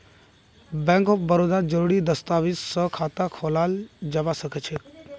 bank of बड़ौदात जरुरी दस्तावेज स खाता खोलाल जबा सखछेक